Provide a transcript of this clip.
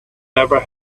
never